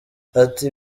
ati